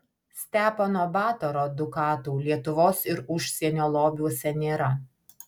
stepono batoro dukatų lietuvos ir užsienio lobiuose nėra